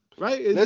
Right